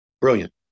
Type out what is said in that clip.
brilliant